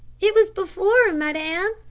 it was before, madame,